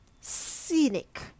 Scenic